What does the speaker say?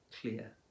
clear